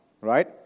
right